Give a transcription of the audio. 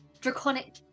draconic